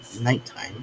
nighttime